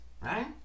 right